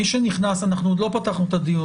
מי שנכנס, אנחנו עוד לא פתחנו את הדיון.